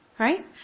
Right